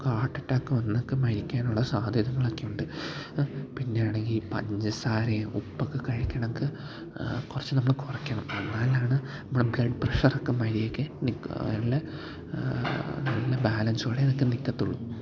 heart attack വന്നൊക്കെ മരിക്കാനുള്ള സാധ്യതകളൊക്കെ ഉണ്ട് പിന്നെ ആണെങ്കിൽ പഞ്ചസാരയും ഉപ്പൊക്കെ കഴിക്കുന്നതൊക്കെ കുറച്ചു നമ്മൾ കുറയ്ക്കണം എന്നാലാണ് നമ്മുടെ ബ്ലഡ് പ്രഷറൊക്കെ മര്യാദയ്ക്ക് നിൽക്കുക ഒരാളിൽ നല്ല ബാലൻസോടെ ഇതെക്കെ നിൽക്കത്തുള്ളൂ